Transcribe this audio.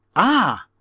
ah,